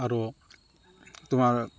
আৰু তোমাৰ